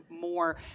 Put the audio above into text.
more